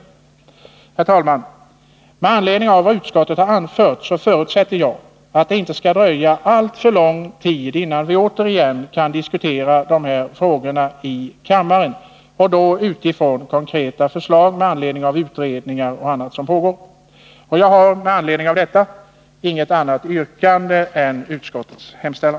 Herr talman! Med anledning av vad utskottet har anfört förutsätter jag att det inte skall dröja alltför lång tid innan vi återigen kan diskutera de här frågorna i kammaren — då utifrån konkreta förslag som framställts i samband med utredningar och annat som pågår. Jag har inget annat yrkande än om bifall till utskottets hemställan.